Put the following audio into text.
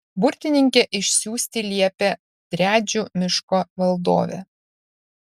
burtininkę išsiųsti liepė driadžių miško valdovė